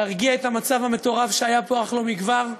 להרגיע את המצב המטורף שהיה פה אך לא מכבר.